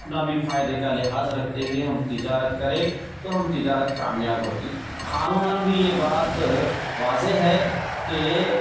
اپنا بھی فائدے کا لحاظ رکھتے ہوے ہم تجارت کرے تو ہم تجارت کامیاب ہوتی قانوناً بھی یہ بات واضح ہے کہ